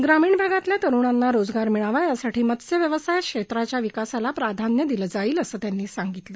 ग्रामीण भागातल्या तरुणांना रोजगार मिळावा यासाठी मत्स्य व्यवसाय क्षेत्राच्या विकासाला प्राध्यान्य दिलं जाईल असं त्यांनी सांगितलं